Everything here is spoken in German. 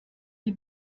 die